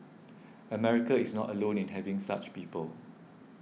America is not alone in having such people